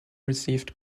received